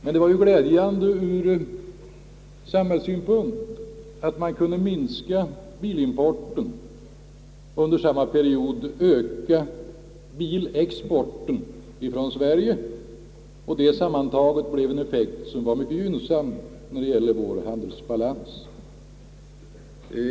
Men det var ju glädjande ur samhällssynpunkt att man kunde minska bilimporten och under samma period öka bilexporten från Sverige, vilket sammantaget hade en mycket gynnsam effekt på vår handelsbalans.